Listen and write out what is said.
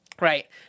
Right